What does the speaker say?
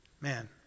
Man